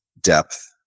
depth